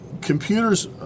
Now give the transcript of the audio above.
computers